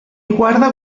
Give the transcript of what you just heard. guarda